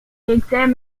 exam